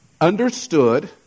Understood